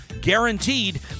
guaranteed